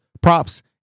props